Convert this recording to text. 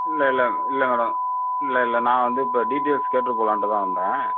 இல்லை இல்லை இல்லை மேடம் இல்லை இல்லை நான் வந்து இப்போ டீடெயில்ஸ் கேட்டுவிட்டு போலாம்ண்டு தான் வந்தேன்